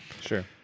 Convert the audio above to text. Sure